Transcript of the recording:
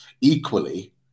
equally